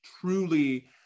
truly